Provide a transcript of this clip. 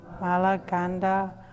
malaganda